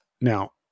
Now